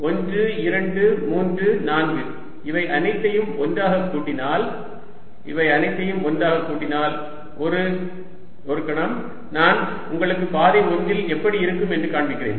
1 2 3 4 இவை அனைத்தையும் ஒன்றாக கூட்டினால் இவை அனைத்தையும் ஒன்றாக கூட்டினால் ஒரு கணம் நான் உங்களுக்கு பாதை 1 இல் எப்படி இருக்கும் என்று காண்பிக்கிறேன்